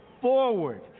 forward